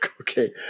okay